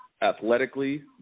athletically